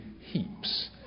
heaps